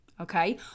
Okay